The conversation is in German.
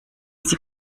sie